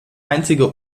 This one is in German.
einzige